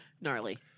Gnarly